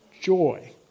Joy